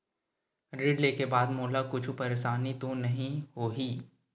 ऋण लेके बाद मोला कुछु परेशानी तो नहीं होही?